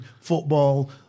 football